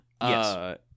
Yes